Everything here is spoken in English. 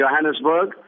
Johannesburg